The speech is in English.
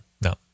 no